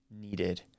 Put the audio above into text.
needed